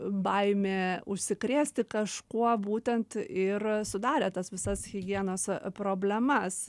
baimė užsikrėsti kažkuo būtent ir sudarė tas visas higienos problemas